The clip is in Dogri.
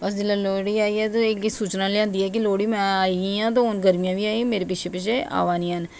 बस जिल्लै लोह्ड़ी आई ऐ ते सूचना लेआंदी ऐ की लोह्ड़ी आई एई आं ते हून गर्मियां बी मेरे पिच्छे पिच्छे आवा दियां न लोह्ड़ी